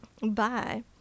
Bye